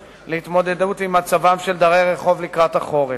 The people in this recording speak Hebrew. להתמודדות עם מצבם של דרי רחוב לקראת החורף.